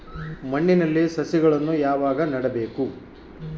ಮಣ್ಣಿನಲ್ಲಿ ಸಸಿಗಳನ್ನು ಯಾವಾಗ ನೆಡಬೇಕು?